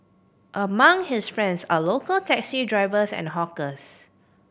among his friends are local taxi drivers and hawkers